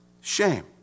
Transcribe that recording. Shame